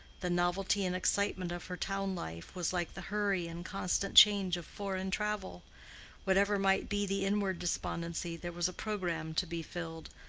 the novelty and excitement of her town life was like the hurry and constant change of foreign travel whatever might be the inward despondency, there was a programme to be fulfilled,